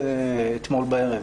אתמול בערב